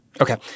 Okay